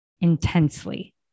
intensely